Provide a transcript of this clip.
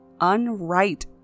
unright